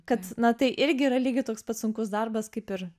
kad na tai irgi yra lygiai toks pat sunkus darbas kaip ir